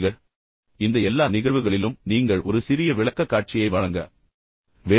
எனவே இந்த எல்லா நிகழ்வுகளிலும் நீங்கள் ஒரு சிறிய விளக்கக்காட்சியை வழங்க வேண்டும்